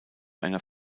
einer